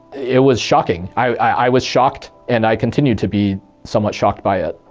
it was shocking. i was shocked, and i continue to be somewhat shocked by it.